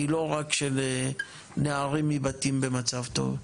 היא לא רק של נערים מבתים במצב טוב.